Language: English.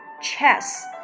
Chess